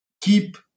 keep